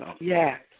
Yes